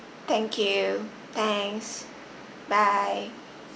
thank you thanks bye